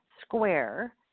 square